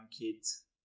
kids